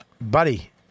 Buddy